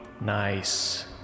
nice